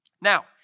Now